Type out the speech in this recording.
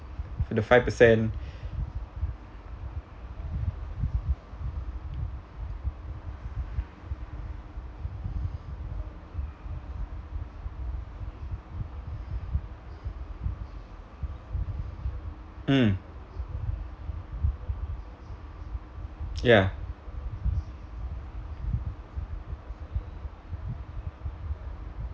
the five percent mm ya